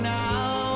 now